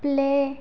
play